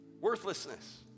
Worthlessness